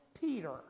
Peter